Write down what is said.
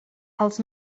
els